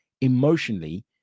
emotionally